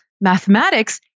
mathematics